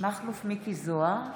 מכלוף מיקי זוהר,